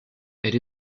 elle